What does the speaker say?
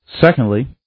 Secondly